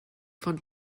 von